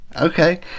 okay